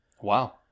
Wow